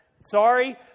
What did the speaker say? sorry